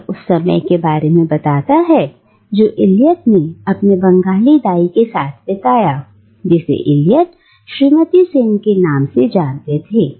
यह उस समय के बारे में बताता है जो इलियट ने अपनी बंगाली दाई के साथ बिताया जिसे इलियट श्रीमती सेन के नाम से जानते थे